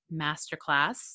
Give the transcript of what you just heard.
masterclass